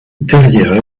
derrière